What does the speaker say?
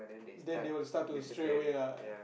then they will start to stray away ah